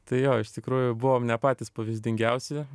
tai jo iš tikrųjų buvom ne patys pavyzdingiausi